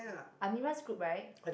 Amirah's group right